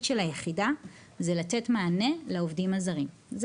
של היחידה הוא לתת מענה לעובדים הזרים,